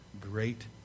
great